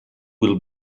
will